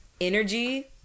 energy